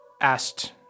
asked